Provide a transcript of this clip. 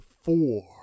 four